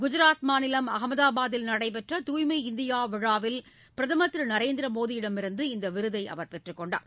குஜாத் மாநிலம் அகமதாபாத்தில் நடைபெற்ற தூய்மை இந்தியா விழாவில் பிரதம் திரு நரேந்திர மோடியிடமிருந்து இந்த விருதை அவர் பெற்றுக்கொண்டார்